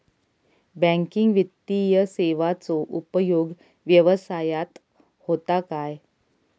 Banking वित्तीय सेवाचो उपयोग व्यवसायात होता काय?